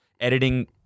editing